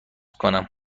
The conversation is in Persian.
کنم